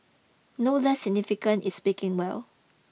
no less significant is speaking well